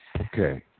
Okay